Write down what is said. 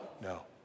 No